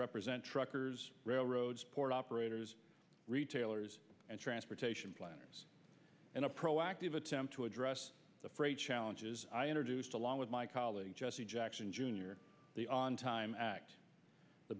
represent truckers railroads port operators retailers and transportation planners and a proactive attempt to address the freight challenges i introduced along with my colleague jesse jackson jr the on time act the